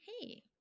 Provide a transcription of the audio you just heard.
hey